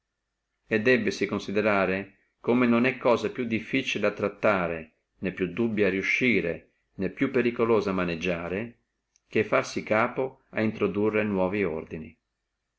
e debbasi considerare come non è cosa più difficile a trattare né più dubia a riuscire né più pericolosa a maneggiare che farsi capo ad introdurre nuovi ordini